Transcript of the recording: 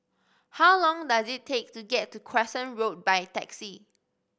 how long does it take to get to Crescent Road by taxi